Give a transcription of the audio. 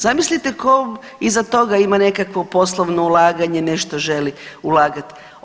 Zamislite tko iza toga ima nekakvo poslovno ulaganje, nešto želi ulagati.